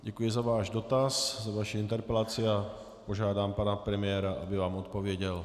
Děkuji za váš dotaz, za vaši interpelaci, a požádám pana premiéra, aby vám odpověděl.